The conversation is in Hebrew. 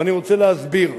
ואני רוצה להסביר.